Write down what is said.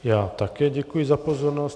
Já také děkuji za pozornost.